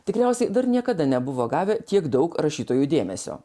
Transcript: tikriausiai dar niekada nebuvo gavę tiek daug rašytojų dėmesio